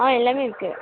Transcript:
ஆ எல்லாமே இருக்குது